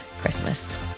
Christmas